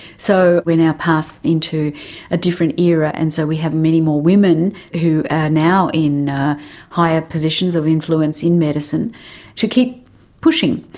so we are now passed into a different era and so we have many more women who are now in higher positions of influence in medicine to keep pushing.